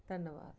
धन्नवाद